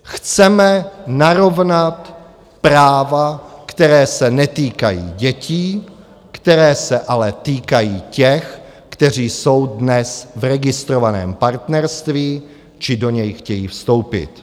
Chceme narovnat práva, která se netýkají dětí, která se ale týkají těch, kteří jsou dnes v registrovaném partnerství či do něj chtějí vstoupit.